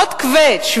עוד קוועץ',